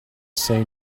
say